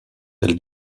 elle